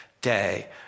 day